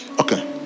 Okay